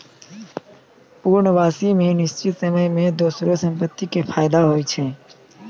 पूर्ण वापसी मे निश्चित समय मे दोसरो संपत्ति के फायदा होय छै